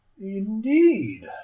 Indeed